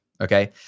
okay